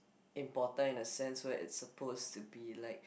important in the sense where it supposed to be like